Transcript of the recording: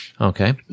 Okay